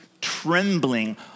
trembling